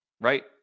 right